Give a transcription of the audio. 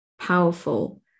powerful